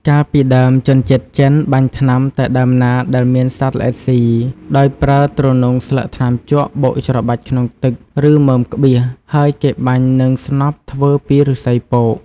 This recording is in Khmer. កាលពីដើមជនជាតិចិន បាញ់ថ្នាំតែដើមណាដែលមានសត្វល្អិតស៊ី ដោយប្រើទ្រនុងស្លឹកថ្នាំជក់បុកច្របាច់ក្នុង ទឹក ឬមើមក្បៀស ហើយគេបាញ់នឹងស្នប់ធ្វើពីឫស្សីពក។